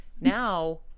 Now